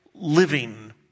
living